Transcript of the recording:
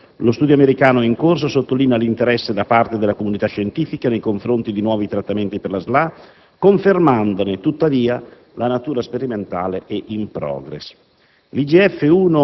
d'altro canto, lo studio americano in corso sottolinea l'interesse da parte della comunità scientifica nei confronti di nuovi trattamenti per la SLA, confermandone tuttavia la natura «sperimentale» e «*in progress*».